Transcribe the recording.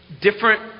different